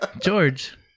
George